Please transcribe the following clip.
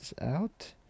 out